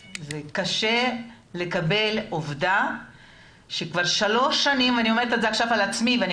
קשה לקבל שכבר שלוש שנים ואני אומרת את זה על עצמי ואני